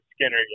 Skinner